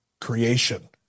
creation